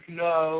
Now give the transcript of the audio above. no